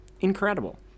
incredible